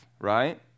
right